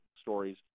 stories